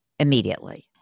immediately